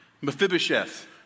Mephibosheth